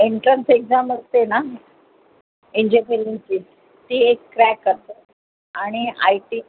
entrance exam असते ना इंजिनिअरिंगची ती एक क्रॅक करतात आणि आय टी